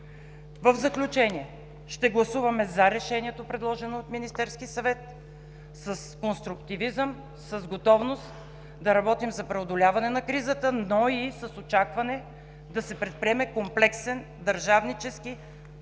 В заключение, ще гласуваме за решението, предложено от Министерския съвет, с конструктивизъм, с готовност да работим за преодоляване на кризата, но и с очакване да се предприеме комплексен, държавнически